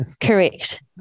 Correct